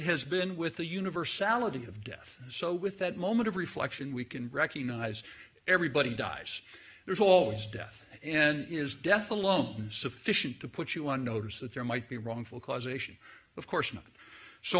has been with the universality of death so with that moment of reflection we can recognize everybody dies there's always death and is death alone sufficient to put you on notice that there might be wrongful causation of course not so